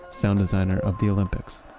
sound designer of the olympics